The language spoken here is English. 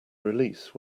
release